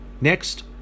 Next